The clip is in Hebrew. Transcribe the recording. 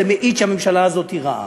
זה מעיד שהממשלה הזאת רעה.